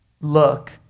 look